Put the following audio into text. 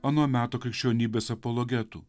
ano meto krikščionybės apologetų